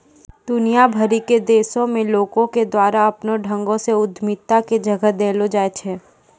दुनिया भरि के देशो मे लोको के द्वारा अपनो ढंगो से उद्यमिता के जगह देलो जाय छै